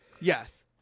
Yes